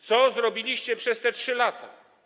Co zrobiliście przez te 3 lata?